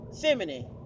feminine